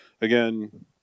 Again